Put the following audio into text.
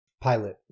pilot